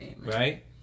Right